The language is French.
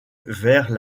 vers